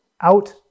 out